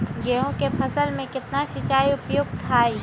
गेंहू के फसल में केतना सिंचाई उपयुक्त हाइ?